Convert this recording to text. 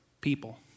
people